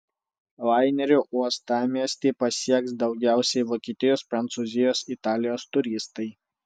laineriu uostamiestį pasieks daugiausiai vokietijos prancūzijos italijos turistai